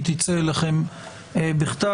היא תצא אליכם בכתב,